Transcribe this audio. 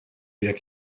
jekk